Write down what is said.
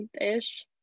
ish